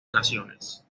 ocasiones